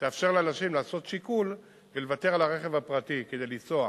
תאפשר לאנשים לעשות שיקול ולוותר על הרכב הפרטי כדי לנסוע